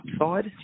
upside